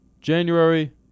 January